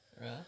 Right